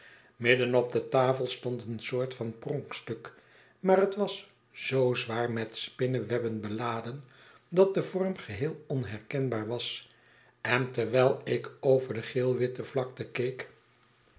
midden op de tafel stond een soort van pronkstuk maar het was zoo zwaar met spinnewebben beladen dat de vorm geheel onherkenbaar was en terwijl ik over de geelwitte vlakte keek